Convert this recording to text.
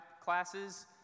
classes